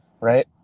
right